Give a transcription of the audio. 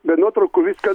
be nuotraukų viską